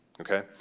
Okay